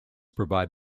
provide